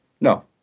No